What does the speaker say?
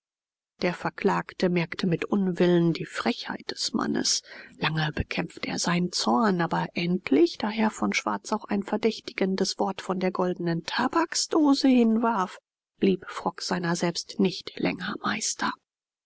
der verklagte merkte mit unwillen die frechheit des mannes lange bekämpfte er seinen zorn aber endlich da herr von schwarz auch ein verdächtigendes wort von der goldenen tabaksdose hinwarf blieb frock seiner selbst nicht länger meister